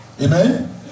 Amen